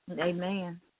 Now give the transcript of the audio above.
Amen